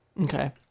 Okay